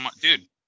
Dude